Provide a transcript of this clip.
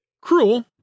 Cruel